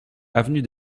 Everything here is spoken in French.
avenue